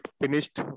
finished